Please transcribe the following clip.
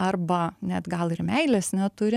arba net gal ir meilės neturi